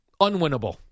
Unwinnable